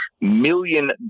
million